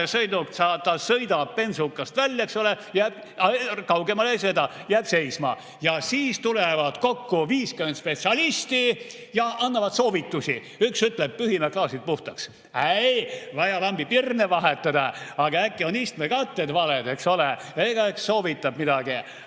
sõidab bensukast välja, eks ole, aga kaugemale ei sõida, jääb seisma. Ja siis tulevad kokku 50 spetsialisti ja annavad soovitusi. Üks ütleb: "Pühime klaasid puhtaks." "Ei, vaja lambipirne vahetada." Aga äkki on istmekatted valed, eks ole? Igaüks soovitab midagi,